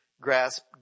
grasp